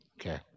Okay